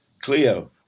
Cleo